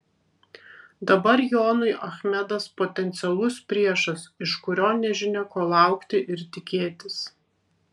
dabar jonui achmedas potencialus priešas iš kurio nežinia ko laukti ir tikėtis